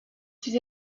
ses